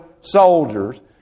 soldiers